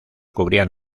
cubrían